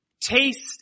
Taste